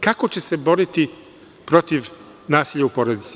Kako će se boriti protiv nasilja u porodici?